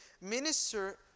minister